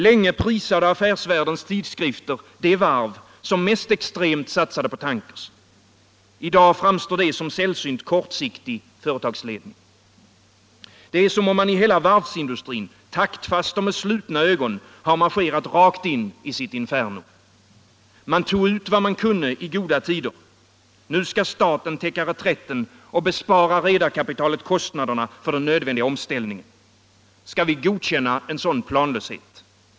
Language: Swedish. Länge prisade affärsvärldens tidskrifter det varv som mest extremt satsade på tankers. I dag framstår det som en sällsynt kortsiktig företagsledning. Det är som om man i hela varvsindustrin taktfast och med slutna ögon har marscherat rakt in i sitt inferno. Man tog ut vad man kunde i goda tider. Nu skall staten täcka reträtten och bespara rederikapitalet kostnaderna för den nödvändiga omställningen. Skall vi godkänna en sådan planlöshet?